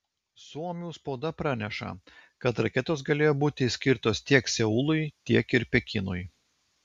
suomių spauda praneša kad raketos galėjo būti skirtos tiek seului tiek ir pekinui